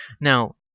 now